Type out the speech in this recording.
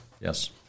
Yes